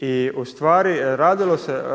I u stvari